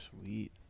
Sweet